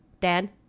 Dan